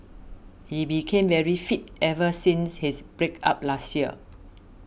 he became very fit ever since his break up last year